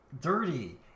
dirty